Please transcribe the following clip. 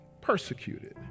persecuted